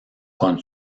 con